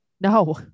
No